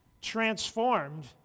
transformed